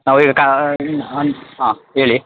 ನಾವು ಈಗ ಕ ಹಾಂ ಹೇಳಿ